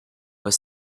were